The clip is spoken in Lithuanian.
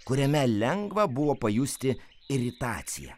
kuriame lengva buvo pajusti iritaciją